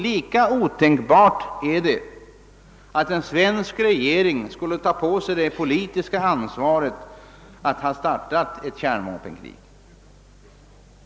Lika otänkbart är det att en svensk regering skulle ta på sig det politiska ansvaret att starta eft kärnvapenkrig.